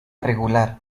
regular